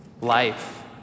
life